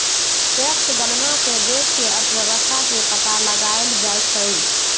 tax गणना से देश के अर्थव्यवस्था के पता लगाएल जाई छई